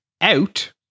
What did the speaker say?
out